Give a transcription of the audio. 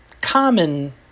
common